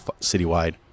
citywide